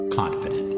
confident